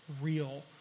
real